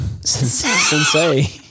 Sensei